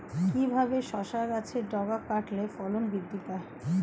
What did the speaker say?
কিভাবে শসা গাছের ডগা কাটলে ফলন বৃদ্ধি পায়?